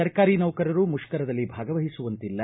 ಸರ್ಕಾರಿ ನೌಕರರು ಮುಷ್ಕರದಲ್ಲಿ ಭಾಗವಹಿಸುವಂತಿಲ್ಲ